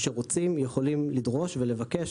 שרוצים יכולים לדרוש ולבקש